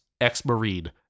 Ex-Marine